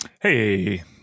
Hey